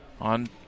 on